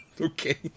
Okay